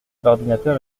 l’ordinateur